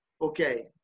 Okay